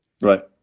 Right